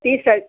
तीस हज